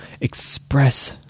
express